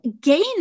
gain